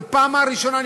זו פעם אחרונה,